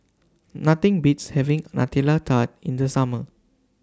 Nothing Beats having Nutella Tart in The Summer